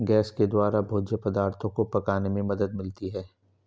gas के द्वारा भोज्य पदार्थो को पकाने में मदद मिलती है